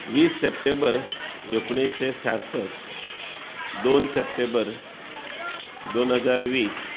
वीस सेप्टेंबर एकुणशें सासश्ट दोन सेप्टेंबर दोन हजार वीस